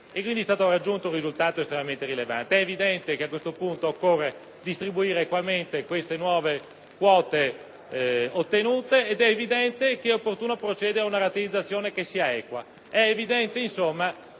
Quindi è stato raggiunto un risultato estremamente rilevante. È evidente che a questo punto occorre distribuire equamente le nuove quote ottenute e che è opportuno procedere ad una rateizzazione equa; è evidente, insomma,